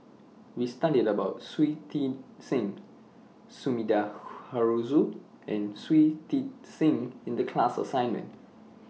We studied about Shui Tit Sing Sumida Haruzo and Shui Tit Sing in The class assignment